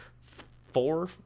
four